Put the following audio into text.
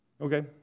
Okay